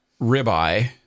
ribeye